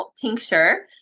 tincture